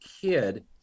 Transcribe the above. kid